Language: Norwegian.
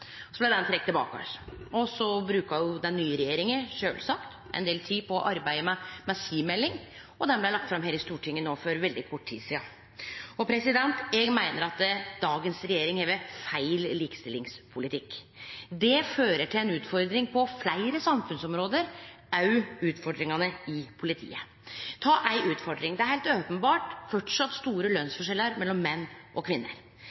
Så blei ho trekt tilbake. Og så bruka den nye regjeringa sjølvsagt ein del tid på å arbeide med si melding, og ho blei lagt fram her i Stortinget for veldig kort tid sidan. Eg meiner at regjeringa i dag har feil likestillingspolitikk. Det fører til ei utfordring på fleire samfunnsområde, òg utfordringar i politiet. Lat meg nemne ei utfordring: Det er heilt openbert framleis store lønsforskjellar mellom menn og kvinner.